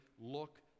look